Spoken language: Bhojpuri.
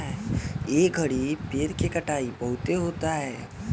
ए घड़ी पेड़ के कटाई बहुते होता